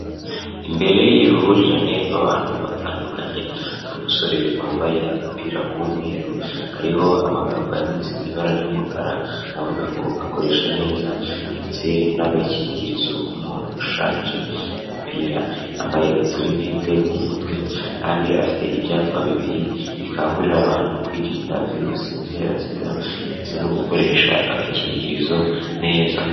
Imbere y'uruhurirane rw'abantu batandukanye hari umusore wambaye agapira k'umweru kariho amagambo yanditse mu ibara ry'umukara avuga ngo gakoreshe neza ndetse n'agakingirizo k'umuntu gashushanyije umupira, yambaye uturinete mu mutwe kandi afite ibyapa bibiri bikangurira abantu kwirinda virusi itera sida ndetse no gukoresha agakingirizo neza.